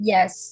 Yes